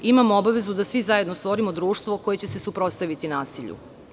Imamo obavezu da svi zajedno stvorimo društvo koje će se suprotstaviti nasilju.